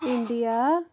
India